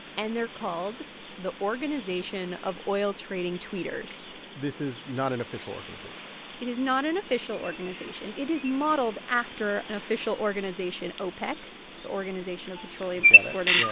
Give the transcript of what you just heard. and they're called the organization of oil trading tweeters this is not an official organization it is not an official organization. it is modeled after an official organization opec the organization of petroleum exporting. yeah